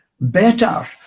better